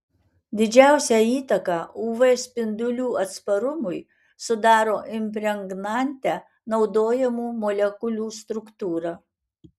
didžiausią įtaką uv spindulių atsparumui sudaro impregnante naudojamų molekulių struktūra